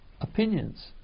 opinions